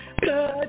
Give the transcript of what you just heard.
Good